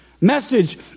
message